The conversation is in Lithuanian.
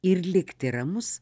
ir likti ramus